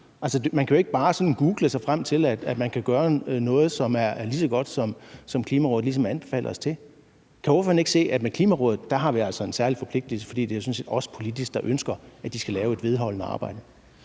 man kan jo ikke bare sådan google sig frem til, at man kan gøre noget, som er lige så godt som det, Klimarådet ligesom anbefaler os at gøre. Kan ordføreren ikke se, at vi altså med Klimarådet har en særlig forpligtigelse, fordi det jo sådan set er os, der politisk ønsker, at de skal lave et vedholdende arbejde?